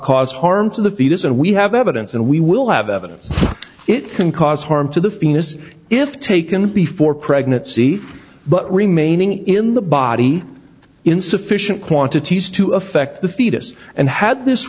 cause harm to the fetus and we have evidence and we will have evidence it can cause harm to the phoenix if taken before pregnancy but remaining in the body in sufficient quantities to effect the fetus and had this